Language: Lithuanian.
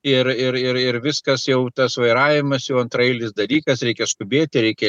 ir ir ir ir viskas jau tas vairavimas jau antraeilis dalykas reikia skubėti reikia